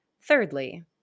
Thirdly